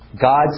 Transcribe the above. God's